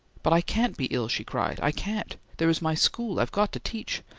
but i can't be ill! she cried. i can't! there is my school! i've got to teach!